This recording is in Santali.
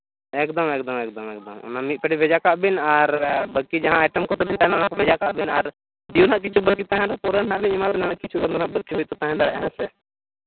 ᱮᱠᱫᱚᱢ ᱮᱠᱫᱚᱢ ᱮᱠᱫᱚᱢ ᱚᱱᱟ ᱢᱤᱫ ᱯᱮᱴᱤ ᱵᱷᱮᱡᱟ ᱠᱟᱜ ᱵᱤᱱ ᱟᱨ ᱵᱟᱹᱠᱤ ᱡᱟᱦᱟᱸ ᱟᱭᱴᱮᱢ ᱠᱚ ᱢᱮᱱᱟᱜᱼᱟ ᱚᱱᱟ ᱠᱚ ᱵᱷᱮᱡᱟ ᱠᱟᱜ ᱵᱤᱱ ᱟᱨ ᱵᱤᱞ ᱦᱟᱸᱜ ᱠᱤᱪᱷᱩ ᱵᱟᱹᱠᱤ ᱛᱟᱦᱮᱱᱟ ᱯᱚᱨᱮ ᱦᱟᱸᱜ ᱞᱤᱧ ᱮᱢᱟ ᱵᱤᱱᱟ ᱠᱤᱪᱷᱩ ᱜᱟᱱ ᱫᱚ ᱦᱟᱸᱜ ᱵᱟᱹᱠᱤ ᱠᱚ ᱛᱟᱦᱮᱸ ᱫᱟᱲᱮᱭᱟᱜᱼᱟ ᱦᱮᱸᱥᱮ